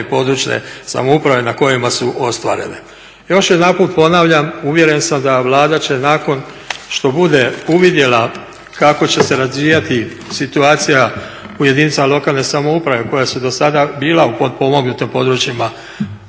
i područne samouprave na kojima su ostvarene. Još jedanput ponavljam uvjeren sam da Vlada će nakon što bude uvidjela kako će se razvijati situacija u jedinicama lokalne samouprave koja su do sada bila u potpomognutim područjima